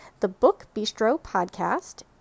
thebookbistropodcast